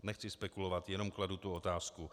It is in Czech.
Nechci spekulovat, jenom kladu tu otázku.